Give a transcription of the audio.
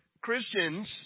Christians